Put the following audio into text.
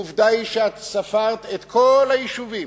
עובדה היא שאת ספרת את כל היישובים